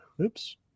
Oops